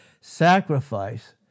sacrifice